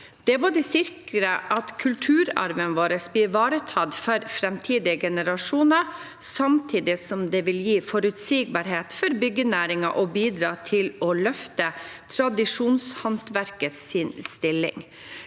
Det sikrer at kulturarven vår blir ivaretatt for framtidige generasjoner, samtidig som det vil gi forutsigbarhet for byggenæringen og bidra til å løfte tradisjonshåndverkets stilling.